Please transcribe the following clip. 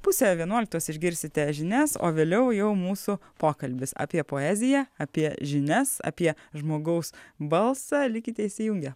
pusę vienuoliktos išgirsite žinias o vėliau jau mūsų pokalbis apie poeziją apie žinias apie žmogaus balsą likite įsijungę